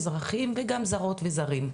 אזרחים וגם זרות וזרים.